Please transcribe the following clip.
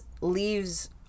leaves